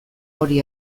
hori